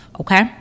Okay